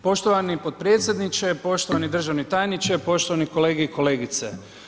Poštovani potpredsjedniče, poštovani državni tajniče, poštovane kolege i kolegice.